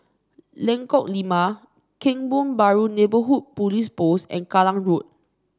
Lengkok Lima Kebun Baru Neighbourhood Police Post and Kallang Road